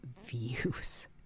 views